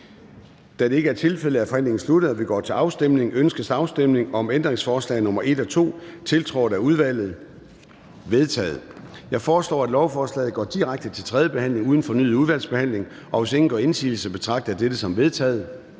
Da det ikke er tilfældet, er forhandlingen sluttet, og vi går til afstemning. Kl. 14:35 Afstemning Formanden (Søren Gade): Ønskes afstemning om ændringsforslag nr. 1 og 2, tiltrådt af udvalget? De er vedtaget. Jeg foreslår, at lovforslaget går direkte til tredje behandling uden fornyet udvalgsbehandling. Hvis ingen gør indsigelse, betragter jeg dette som vedtaget.